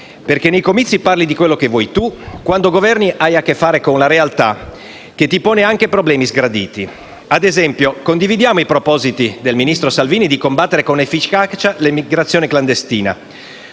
Perché nei comizi, parli di quello che vuoi tu, mentre quando governi hai a che fare con la realtà che ti pone anche problemi sgraditi. Ad esempio, condividiamo i propositi del ministro Salvini di combattere con efficacia l'immigrazione clandestina,